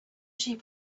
sheep